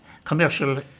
commercial